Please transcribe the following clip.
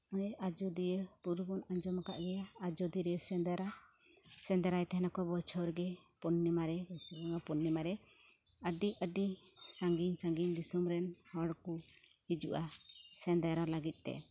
ᱦᱚᱸᱜᱼᱚᱭ ᱟᱡᱳᱫᱤᱭᱟᱹ ᱵᱩᱨᱩ ᱵᱚᱱ ᱟᱸᱡᱚᱢᱟᱠᱟᱫ ᱜᱮᱭᱟ ᱟᱡᱳᱫᱤᱭᱟᱹ ᱥᱮᱸᱫᱽᱨᱟ ᱥᱮᱸᱫᱽᱨᱟᱭ ᱛᱟᱦᱮᱱᱟᱠᱚ ᱵᱚᱪᱷᱚᱨ ᱜᱮ ᱯᱩᱱᱱᱤᱢᱟ ᱨᱮ ᱵᱟᱹᱭᱥᱟᱹᱠᱷ ᱵᱚᱸᱜᱟ ᱯᱩᱱᱱᱤᱢᱟ ᱨᱮ ᱟᱹᱰᱤ ᱟᱹᱰᱤ ᱥᱟᱺᱜᱤᱧ ᱥᱟᱺᱜᱤᱧ ᱫᱤᱥᱚᱢ ᱨᱮᱱ ᱦᱚᱲ ᱠᱩ ᱦᱤᱡᱩᱜᱼᱟ ᱥᱮᱸᱫᱽᱨᱟ ᱞᱟᱹᱜᱤᱫ ᱛᱮ